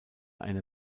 eine